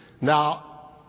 Now